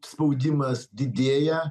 spaudimas didėja